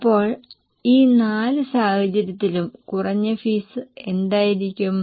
അപ്പോൾ ഈ നാല് സാഹചര്യങ്ങളിലും കുറഞ്ഞ ഫീസ് എന്തായിരിക്കും